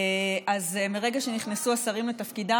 אז מהרגע שנכנסו השרים לתפקידם,